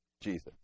Jesus